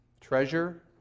Treasure